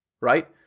right